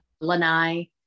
lanai